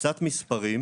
קצת מספרים.